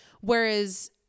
whereas